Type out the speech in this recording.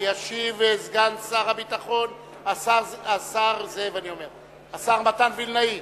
ישיב סגן שר הביטחון, השר מתן וילנאי.